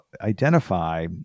identify